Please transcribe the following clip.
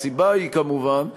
הסיבה היא, כמובן,